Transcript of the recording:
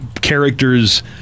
characters